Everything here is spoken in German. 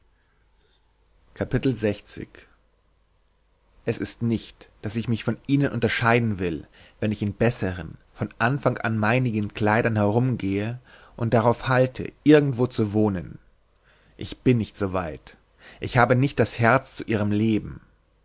es ist nicht daß ich mich von ihnen unterscheiden will wenn ich in besseren von anfang an meinigen kleidern herumgehe und darauf halte irgendwo zu wohnen ich bin nicht so weit ich habe nicht das herz zu ihrem leben